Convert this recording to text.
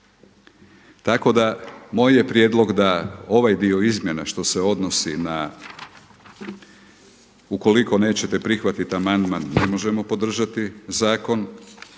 Tako da moj je prijedlog da ovaj dio izmjena što se odnosi na, ukoliko nećete prihvatiti amandman, ne možemo podržati zakon.